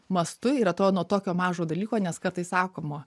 mastu ir atrodo nuo tokio mažo dalyko nes kartais sakoma